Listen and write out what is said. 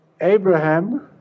Abraham